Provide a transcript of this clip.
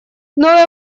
новые